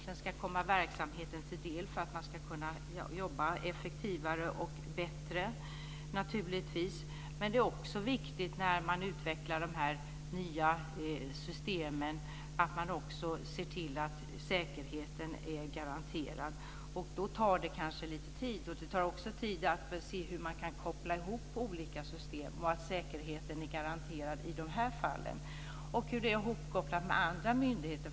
Den ska komma verksamheten till del för att man ska kunna jobba effektivare och bättre. Men det är också viktigt när man utvecklar de nya systemen att man också ser till att säkerheten är garanterad. Då tar det kanske lite tid. Det tar också tid att se hur man kan koppla ihop olika system och att säkerheten är garanterad i de fallen, och hur det är hopkopplat med andra myndigheter.